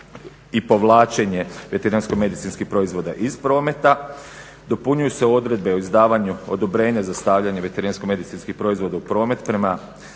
i povlačenje veterinarsko-medicinskih proizvoda iz prometa, dopunjuju se odredbe o izdavanju odobrenja za stavljanje veterinarsko-medicinskih proizvoda u promet prema